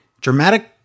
dramatic